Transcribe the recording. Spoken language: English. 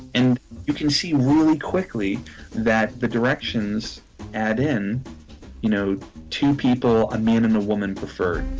and you can see really quickly that the directions add in you know two people, a man and a woman preferred